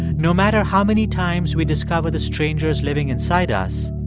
no matter how many times we discover the strangers living inside us,